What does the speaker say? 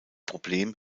problem